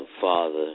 father